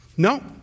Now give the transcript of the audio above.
No